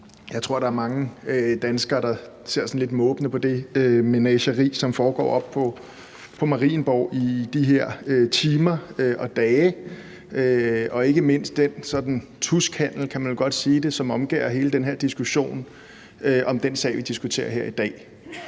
Jeg tror, der er mange danskere, der ser sådan lidt måbende på det menageri, som foregår oppe på Marienborg i de her timer og dage, og ikke mindst den sådan tuskhandel, kan man vel godt sige, som omgærder hele den sag, vi diskuterer her i dag.